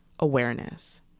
awareness